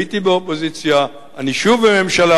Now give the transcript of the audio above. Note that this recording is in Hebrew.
הייתי באופוזיציה, אני שוב בממשלה.